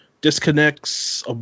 Disconnects